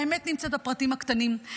האמת נמצאת בפרטים הקטנים.